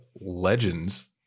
legends